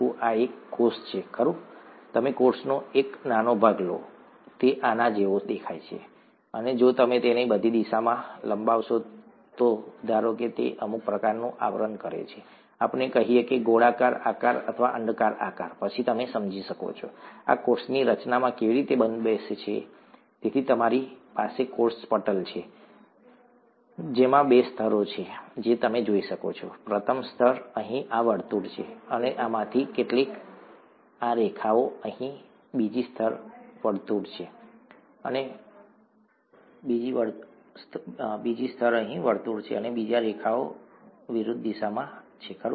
આ એક કોષ છે ખરું તમે કોષનો એક નાનો ભાગ લો તે આના જેવો દેખાય છે અને જો તમે તેને બધી દિશામાં લંબાવશો અને ધારો કે તે અમુક પ્રકારનું આવરણ કરે છે આપણે કહીએ કે ગોળાકાર આકાર અથવા અંડાકાર આકાર પછી તમે સમજી શકશો કે આ કોષની રચનામાં કેવી રીતે બંધબેસે છે તેથી તમારી પાસે કોષ પટલ છે જેમાં બે સ્તરો છે જે તમે જોઈ શકો છો પ્રથમ સ્તર અહીં આ વર્તુળ છે અને આમાંથી કેટલીક આ રેખાઓ અહીં બીજી સ્તર અહીં વર્તુળ છે અને બીજી રેખાઓ વિરુદ્ધ દિશામાં છે ખરું ને